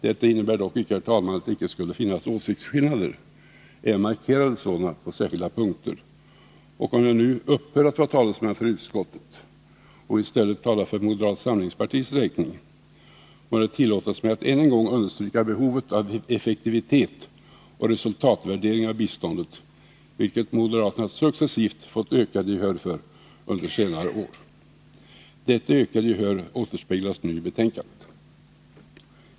Detta innebär dock icke, herr talman, att det icke skulle finnas åsiktsskillnader — och även markerade sådana — på särskilda punkter. Och om jag nu upphör att vara talesman för utskottet och i stället talar för moderata samlingspartiets räkning, må det tillåtas mig att än en gång understryka behovet av effektivitet och resultatvärdering av biståndet, vilket moderaterna successivt fått ökat gehör för under senare år. Detta ökade gehör återspeglas i betänkandet.